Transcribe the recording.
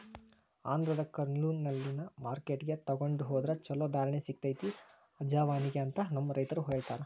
ಆಂಧ್ರದ ಕರ್ನೂಲ್ನಲ್ಲಿನ ಮಾರ್ಕೆಟ್ಗೆ ತೊಗೊಂಡ ಹೊದ್ರ ಚಲೋ ಧಾರಣೆ ಸಿಗತೈತಿ ಅಜವಾನಿಗೆ ಅಂತ ನಮ್ಮ ರೈತರು ಹೇಳತಾರ